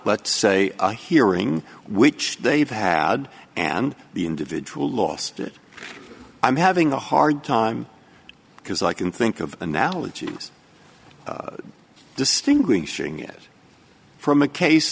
let's say a hearing which they've had and the individual lost it i'm having a hard time because i can think of analogies distinguishing it from a case